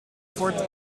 fort